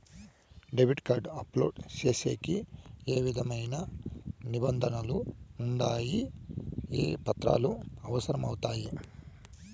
Debit card apply సేసేకి ఏ విధమైన నిబంధనలు ఉండాయి? ఏ పత్రాలు అవసరం అవుతాయి?